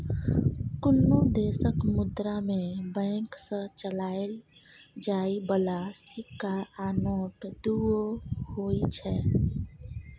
कुनु देशक मुद्रा मे बैंक सँ चलाएल जाइ बला सिक्का आ नोट दुओ होइ छै